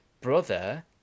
brother